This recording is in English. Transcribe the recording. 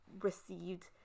received